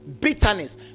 bitterness